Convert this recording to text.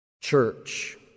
Church